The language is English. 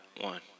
one